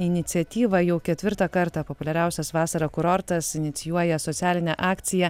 iniciatyvą jau ketvirtą kartą populiariausias vasarą kurortas inicijuoja socialinę akciją